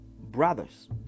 Brothers